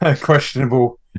questionable